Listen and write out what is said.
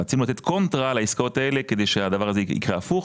רצינו לתת קונטרה לעסקאות האלה כדי שהדבר הזה יקרה הפוך.